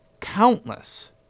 countless